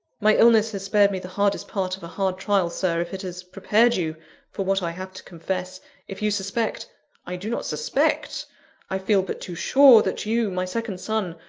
my illness has spared me the hardest part of a hard trial, sir, if it has prepared you for what i have to confess if you suspect i do not suspect i feel but too sure, that you, my second son,